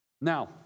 Now